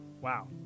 Wow